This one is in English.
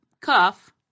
Cuff